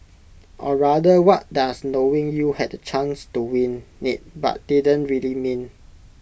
or rather what does knowing you had the chance to win IT but didn't really mean